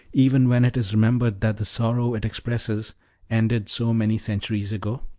even when it is remembered that the sorrow it expresses ended so many centuries ago?